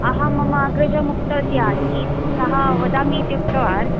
अहं मम अग्रजम् उक्तवती आसीत् सः वदामि इति उक्तवान्